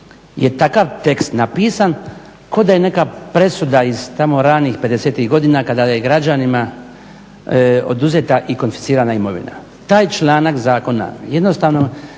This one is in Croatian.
je takav tekst napisan kao da je neka presuda iz tamo ranih '50.-tih godina kada je građanima oduzeta i konfiscirana imovina. Taj članak zakona jednostavno